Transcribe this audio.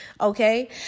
Okay